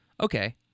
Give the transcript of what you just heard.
Okay